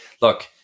look